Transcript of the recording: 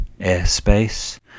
airspace